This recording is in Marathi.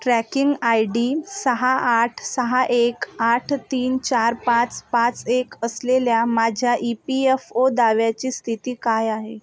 ट्रॅकिंग आयडी सहा आठ सहा एक आठ तीन चार पाच पाच एक असलेल्या माझ्या ई पी एफ ओ दाव्याची स्थिती काय आहे